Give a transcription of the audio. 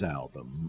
album